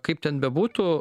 kaip ten bebūtų